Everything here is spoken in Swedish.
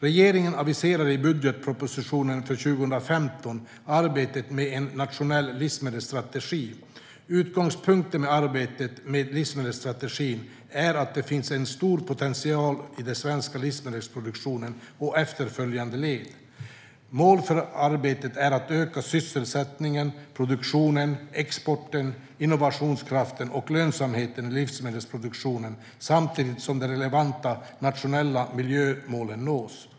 Regeringen aviserade i budgetpropositionen för 2015 arbetet med en nationell livsmedelsstrategi. Utgångspunkten för arbetet med livsmedelsstrategin är att det finns en stor potential i den svenska livsmedelsproduktionen och efterföljande led. Mål för arbetet är att öka sysselsättningen, produktionen, exporten, innovationskraften och lönsamheten i livsmedelsproduktionen samtidigt som de relevanta nationella miljömålen nås.